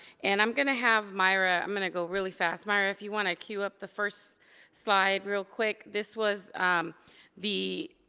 and i'm gonna have myra, i'm gonna go really fast. myra if you want to cue up the first slide real quick. this was the,